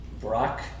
Brock